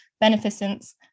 beneficence